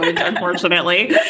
unfortunately